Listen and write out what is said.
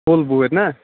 full بُہٕرۍ نَہ